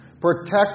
Protect